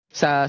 sa